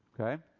Okay